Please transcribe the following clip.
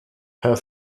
her